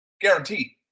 guaranteed